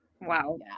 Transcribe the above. Wow